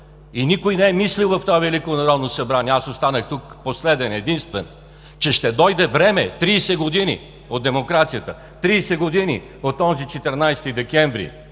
и никой не е мислил в това Велико народно събрание, аз останах тук последен, единствен, че ще дойде време – 30 години от демокрацията, 30 години от онзи 14 декември,